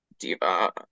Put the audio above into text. Diva